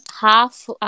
half